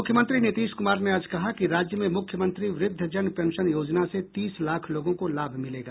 मुख्यमंत्री नीतीश कुमार ने आज कहा कि राज्य में मुख्यमंत्री व्रद्वजन पेंशन योजना से तीस लाख लोगों को लाभ मिलेगा